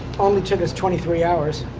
only took us twenty three hours.